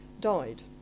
Died